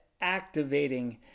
Activating